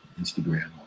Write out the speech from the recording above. Instagram